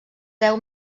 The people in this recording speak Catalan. deu